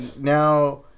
now